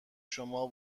شما